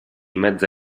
mezza